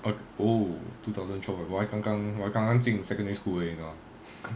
uh oh two thousand twelve 我还刚刚我还刚刚进 secondary school 而已你知道吗